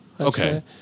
Okay